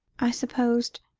i supposed,